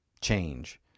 change